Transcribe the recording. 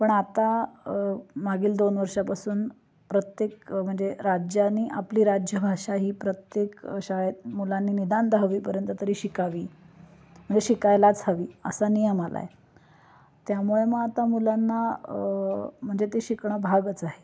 पण आता मागील दोन वर्षापासून प्रत्येक म्हणजे राज्याने आपली राजभाषा ही प्रत्येक शाळेत मुलांनी निदान दाहवीपर्यंत तरी शिकावी म्हणजे शिकायलाच हवी असा नियम आला आहे त्यामुळे मग आता मुलांना म्हणजे ते शिकणं भागच आहे